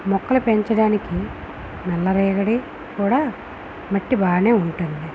మొక్కలు పెంచడానికి నల్లరేగడి కూడా మట్టి బాగా ఉంటుంది